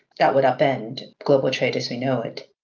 that would upend global trade as we know it.